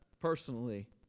personally